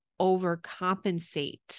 overcompensate